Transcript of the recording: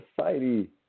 society